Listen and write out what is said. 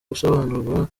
gusobanurwa